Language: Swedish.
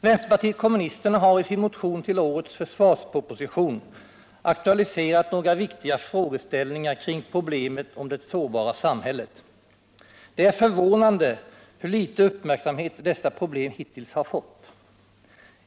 Vänsterpartiet kommunisterna har i sin motion i anledning av årets försvarsproposition aktualiserat några viktiga frågeställningar kring problemet med det sårbara samhället. Det är förvånande hur litet uppmärksamhet dessa problem hittills har fått.